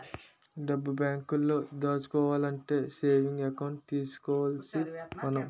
డబ్బు బేంకులో దాచుకోవాలంటే సేవింగ్స్ ఎకౌంట్ తీసుకోవాలి మనం